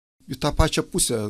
į tą pačią pusę